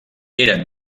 eren